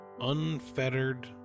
unfettered